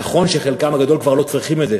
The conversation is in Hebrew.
נכון שחלקם הגדול כבר לא צריכים את זה,